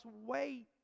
wait